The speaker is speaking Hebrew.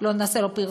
לא נעשה לו פרסומת,